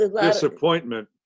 disappointment